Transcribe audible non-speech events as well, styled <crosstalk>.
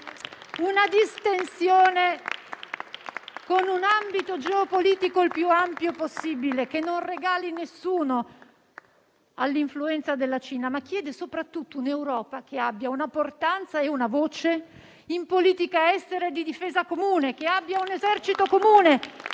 una distensione con un ambito geopolitico il più ampio possibile, che non regali nessuno all'influenza della Cina, <applause> ma soprattutto un'Europa che abbia una portanza e una voce in politica estera e di difesa comune, che abbia un esercito comune